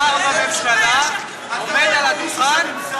עומד על הדוכן שר בממשלה, עומד על הדוכן ומשקר.